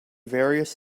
various